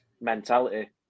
mentality